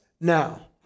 now